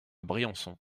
briançon